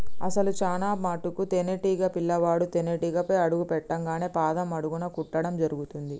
అసలు చానా మటుకు తేనీటీగ పిల్లవాడు తేనేటీగపై అడుగు పెట్టింగానే పాదం అడుగున కుట్టడం జరుగుతుంది